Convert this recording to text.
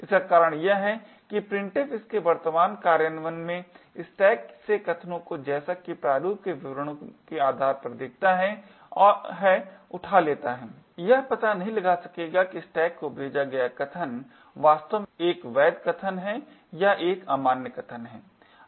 इसका कारण यह है कि printf इसके वर्तमान कार्यान्वयन में स्टैक से कथनों को जैसा कि प्रारूप के विवरणों के आधार पर दिखता है उठा लेता है यह पता नहीं लगा सकता है कि स्टैक को भेजा गया कथन वास्तव में एक वैध कथन है या एक अमान्य कथन है